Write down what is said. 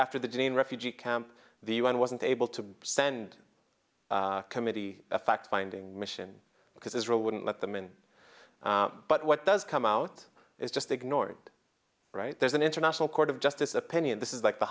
after the dean refugee camp the u n wasn't able to send committee a fact finding mission because israel wouldn't let them in but what does come out is just ignored right there's an international court of justice opinion this is like the